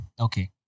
Okay